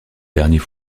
dernier